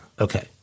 Okay